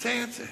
תעשה את זה.